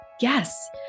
yes